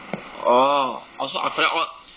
orh orh so after that all